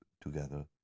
together